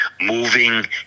moving